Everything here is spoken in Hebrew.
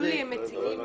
ביולי אתם מציגים.